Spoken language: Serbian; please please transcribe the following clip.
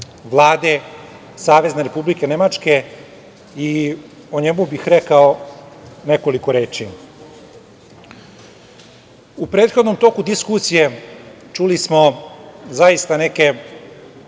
Vlade Savezne Republike Nemačke. O njemu bih rekao nekoliko reči.U prethodnom toku diskusije čuli smo zaista neke